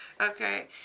Okay